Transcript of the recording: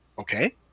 okay